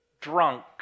drunk